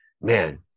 man